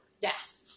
Yes